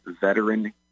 veteran